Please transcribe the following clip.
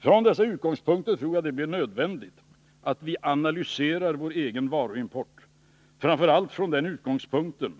Från dessa utgångspunkter tror jag det blir nödvändigt att vi analyserar vår egen varuimport, framför allt från den utgångspunkten